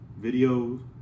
videos